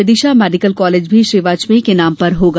Vidisha medical college भी श्री वाजपेयी के नाम पर होगा